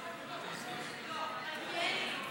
הצעת חוק לתיקון פקודת מיסי העירייה